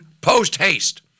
post-haste